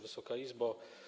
Wysoka Izbo!